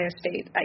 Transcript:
State